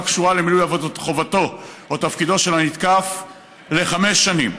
קשורה למילוי חובתו או תפקידו של הנתקף לחמש שנים.